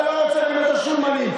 אתה לא רוצה באמת את השולמנים,